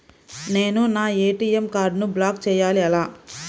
నేను నా ఏ.టీ.ఎం కార్డ్ను బ్లాక్ చేయాలి ఎలా?